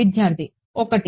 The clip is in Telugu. విద్యార్థి 1